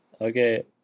Okay